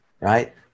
right